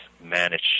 manage